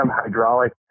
hydraulic